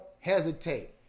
hesitate